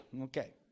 Okay